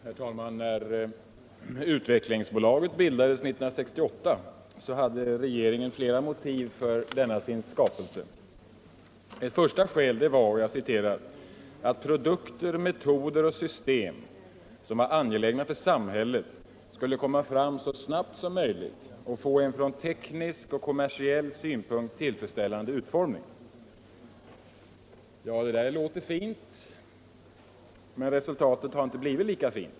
Herr talman! När Utvecklingsbolaget bildades 1968, hade regeringen flera motiv för denna sin skapelse. Ett första skäl var att ”produkter, metoder och system som var angelägna för samhället, skulle komma fram så snabbt som möjligt och få en från teknisk och kommersiell synpunkt tillfredsställande utformning”. Det där låter fint, men resultatet har inte blivit lika fint.